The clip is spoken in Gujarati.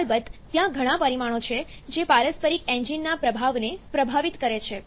અલબત્ત ત્યાં ઘણા પરિમાણો છે જે પારસ્પરિક એન્જિનના પ્રભાવને પ્રભાવિત કરે છે